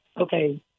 okay